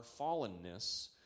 fallenness